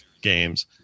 games